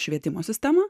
švietimo sistemą